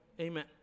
Amen